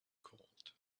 called